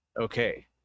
okay